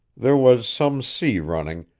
there was some sea running,